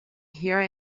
here